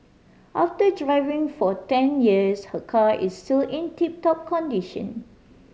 after driving for ten years her car is still in tip top condition